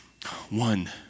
One